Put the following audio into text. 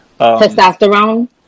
Testosterone